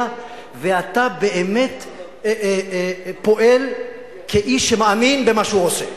ואתה באמת פועל כאיש שמאמין במה שהוא עושה.